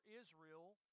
Israel